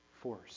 force